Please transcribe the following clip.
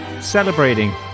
celebrating